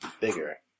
bigger